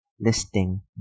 listing